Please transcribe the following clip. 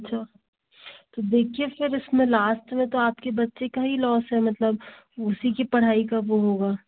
अच्छा तो देखिए सर इसमें लास्ट में तो आपके बच्चे का ही लौस है मतलब उसी की पढ़ाई का वो होगा